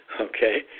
Okay